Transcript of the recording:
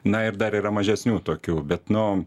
na ir dar yra mažesnių tokių bet nu